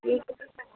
ठीक